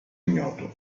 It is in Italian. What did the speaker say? ignoto